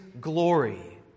glory